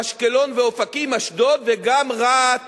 אשקלון ואופקים, אשדוד, וגם רהט